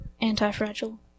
Anti-Fragile